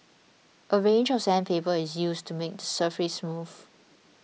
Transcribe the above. a range of sandpaper is used to make surface smooth